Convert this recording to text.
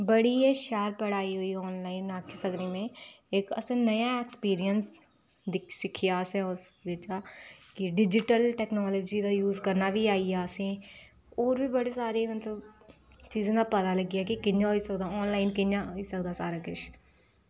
बड़ी गै शैल पढ़ाई होई ऑनलाइन आखी सकनी में इक असें नया एक्सपीरियंस दिख सिक्खेआ असें उस बिचा की डिजिटल टेक्नोलॉजी दा यूस करना बी आइया असें ई होर बी बड़े सारे मतलब चीज़ें दा पता लग्गेआ की कि'यां होई सकदा ऑनलाइन कि'यां होई सकदा सारा किश